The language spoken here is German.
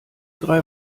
drei